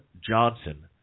Johnson